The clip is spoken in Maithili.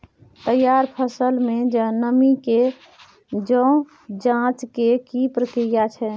तैयार फसल में नमी के ज जॉंच के की प्रक्रिया छै?